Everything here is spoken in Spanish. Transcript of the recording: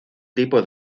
tipo